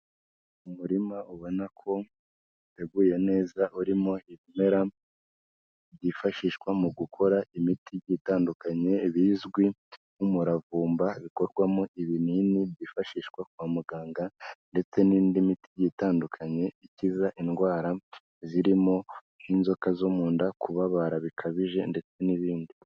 Umurima ubona ko uteguye neza urimo ibimera byifashishwa mu gukora imiti itandukanye bizwi nk'umuravumba, bikorwamo ibinini byifashishwa kwa muganga ndetse n'indi miti igiye itandukanye ikiza indwara zirimo nk'inzoka zo mu nda, kubabara bikabije ndetse n'ibindi.